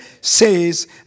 says